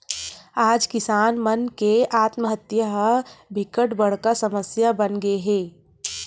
आज किसान मन के आत्महत्या ह बिकट बड़का समस्या बनगे हे